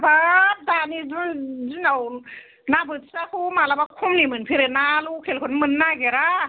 हाबाब दानि जुग दिनाव ना बोथियाखौ मालाबा खमनि मोनफेरो ना लकेलखौनो मोननो नागिरा